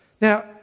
Now